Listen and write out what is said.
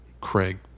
Craig